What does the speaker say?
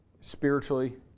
spiritually